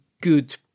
good